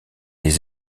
les